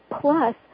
plus